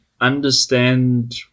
understand